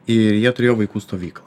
ir jie turėjo vaikų stovyklą